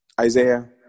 Isaiah